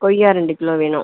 கொய்யா ரெண்டு கிலோ வேணும்